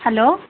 hello